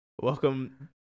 Welcome